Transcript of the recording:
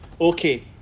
Okay